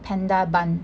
panda bun